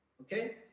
okay